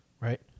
right